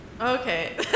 Okay